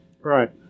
right